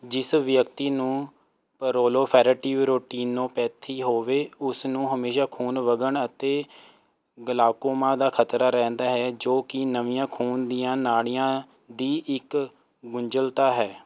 ਜਿਸ ਵਿਅਕਤੀ ਨੂੰ ਪ੍ਰੋਲੋਫੇਰੇਟਿਵ ਰੋਟੀਨੋਪੈਥੀ ਹੋਵੇ ਉਸਨੂੰ ਹਮੇਸ਼ਾ ਖੂਨ ਵਗਣ ਅਤੇ ਗਲਾਕੋਮਾ ਦਾ ਖ਼ਤਰਾ ਰਹਿੰਦਾ ਹੈ ਜੋ ਕਿ ਨਵੀਆਂ ਖੂਨ ਦੀਆਂ ਨਾੜੀਆਂ ਦੀ ਇੱਕ ਗੁੰਝਲਤਾ ਹੈ